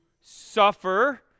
suffer